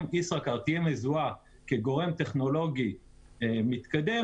אם ישראכרט תהיה מזוהה כגורם טכנולוגי מתקדם,